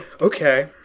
Okay